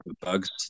bugs